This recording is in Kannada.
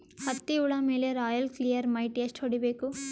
ಹತ್ತಿ ಹುಳ ಮೇಲೆ ರಾಯಲ್ ಕ್ಲಿಯರ್ ಮೈಟ್ ಎಷ್ಟ ಹೊಡಿಬೇಕು?